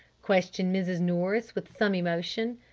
questioned mrs. nourice with some emotion.